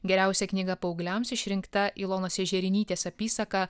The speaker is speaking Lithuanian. geriausia knyga paaugliams išrinkta ilonos ežerinytės apysaka